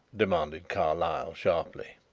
demanded carlyle sharply.